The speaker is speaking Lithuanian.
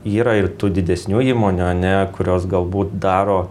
yra ir tų didesnių įmonių ane kurios galbūt daro